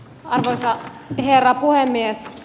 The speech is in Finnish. arvoisa herra puhemies